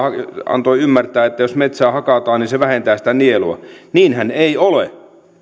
antoi ymmärtää että jos metsää hakataan niin se vähentää sitä nielua niinhän ei ole